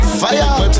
fire